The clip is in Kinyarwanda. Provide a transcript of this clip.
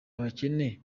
abakene